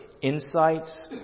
Insights